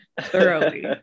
thoroughly